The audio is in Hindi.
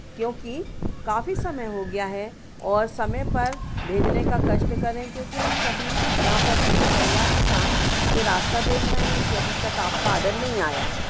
क्योंकि काफ़ी समय हो गया है और समय पर भेजने का कष्ट करें क्योंकि हम सभी यहाँ पर पूरे परिवार के साथ ये रास्ता देख रहे हैं कि अभी तक आपका ऑर्डर नहीं आया